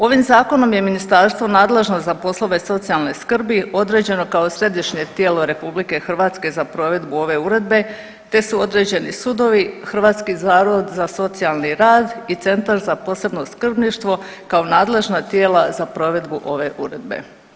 Ovim zakonom je ministarstvo nadležno za poslove socijalne skrbi određeno kao središnje tijelo RH za provedbu ove uredbe, te su određeni sudovi, Hrvatski zavod za socijalni rad i Centar za posebno skrbništvo kao nadležna tijela za provedbu ove uredbe.